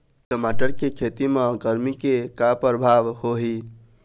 टमाटर के खेती म गरमी के का परभाव होही?